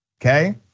okay